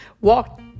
walk